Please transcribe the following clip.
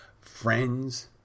friends